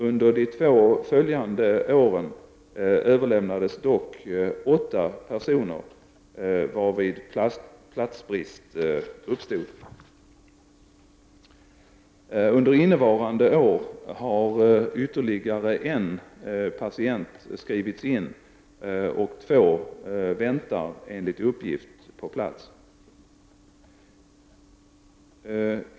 Under de två följande åren överlämnades dock åtta personer, varvid platsbrist uppstod. Under innevarande år har ytterligare en patient skrivits in, och två väntar enligt uppgift på plats.